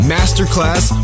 Masterclass